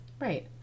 Right